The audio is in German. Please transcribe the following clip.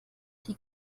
die